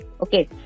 Okay